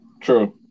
True